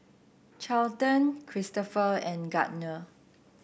Charlton Christopher and Gardner